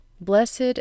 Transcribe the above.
Blessed